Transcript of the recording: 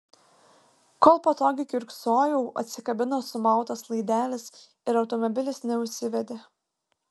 kol patogiai kiurksojau atsikabino sumautas laidelis ir automobilis neužsivedė